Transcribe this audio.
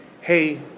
hey